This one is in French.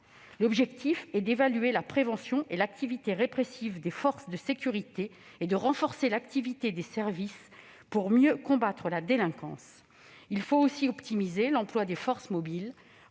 L'objectif est d'évaluer la prévention et l'activité répressive des forces de sécurité et de renforcer l'activité des services pour mieux combattre la délinquance. Il faut aussi optimiser l'emploi des forces mobiles,